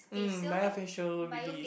um myofascial release